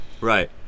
Right